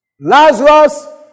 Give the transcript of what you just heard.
Lazarus